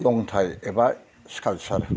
लंथाय एबा स्कालपचार